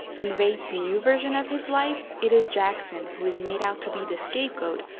in wade's new version of his life, it is jackson who is made out to be the scapegoat,